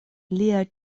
lia